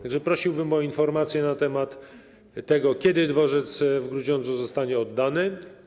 Tak że prosiłbym o informację na temat tego, kiedy dworzec w Grudziądzu zostanie oddany.